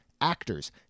actors